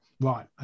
right